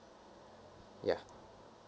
ya